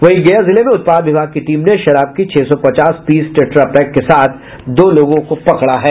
वहीं गया जिले में उत्पाद विभाग की टीम ने शराब की छह सौ पचास पीस टेट्रा पैक के साथ दो लोगों को पकड़ा है